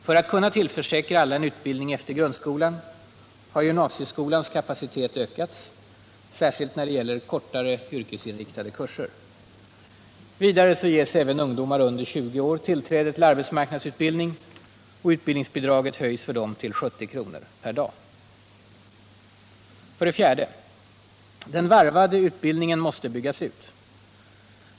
För att kunna tillförsäkra alla en utbildning efter grundskolan har gymnasieskolans kapacitet ökats, särskilt när det gäller kortare yrkesinriktade kurser. Vidare ges även ungdomar under 20 år tillträde till arbetsmarknadsutbildning, och utbildningsbidraget höjs för dem till 70 kr. per dag. 4. Den varvade utbildningen måste byggas ut.